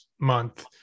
month